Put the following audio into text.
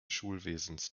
schulwesens